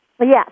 Yes